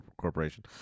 Corporation